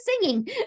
singing